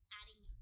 adding